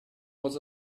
was